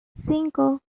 cinco